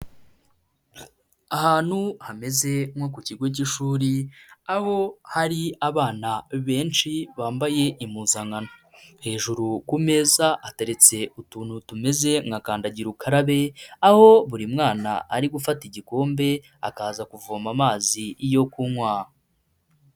Ahantu hameze nko ku kigo cy'ishuri, aho hari abana benshi bambaye impuzankano. Hejuru ku meza hateretse utuntu tumeze nka kandagira ukarabe, aho buri mwana ari gufata igikombe akaza kuvoma amazi yo kunywa.